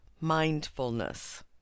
mindfulness